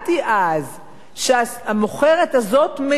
שהמוכרת הזאת מתוגמלת